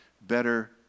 better